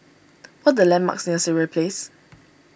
what the landmarks near Sireh Place